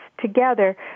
together